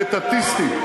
אטטיסטית,